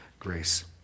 grace